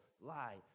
lie